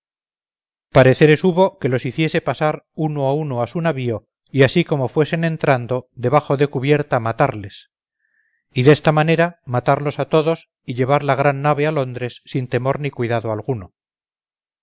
pareceres hubo que los hiciese pasar uno a uno a su navío y así como fuesen entrando debajo de cubierta matarle y desta manera matarlos a todos y llevar la gran nave a londres sin temor ni cuidado alguno